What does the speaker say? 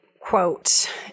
quote